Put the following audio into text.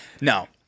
No